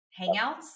hangouts